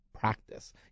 Practice